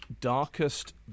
darkest